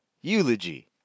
eulogy